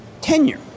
tenure